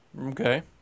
Okay